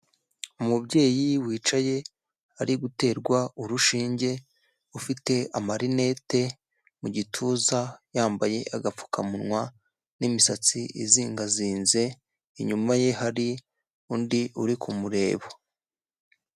umubyeyi wicaye ari guterwa urushinge, ufite amarinete, mu gituza yambaye agapfukamunwa n'imisatsi izingazinze, inyuma ye hari undi uri kumureba.